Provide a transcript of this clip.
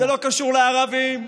זה לא קשור לערבים,